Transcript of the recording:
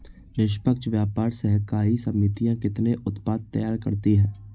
निष्पक्ष व्यापार सहकारी समितियां कितने उत्पाद तैयार करती हैं?